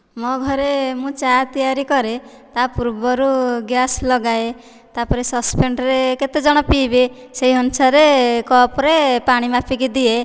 ମୋ' ଘରେ ମୁଁ ଚା ତିଆରି କରେ ତା ପୂର୍ବରୁ ଗ୍ଯାସ ଲଗାଏ ତା'ପରେ ସସ୍ପେନରେ କେତେଜଣ ପିଇବେ ସେଇ ଅନୁସାରେ କପ୍ରେ ପାଣି ମାପିକି ଦିଏ